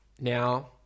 now